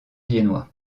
viennois